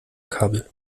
kabel